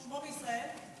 שמו בישראל?